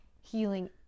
healing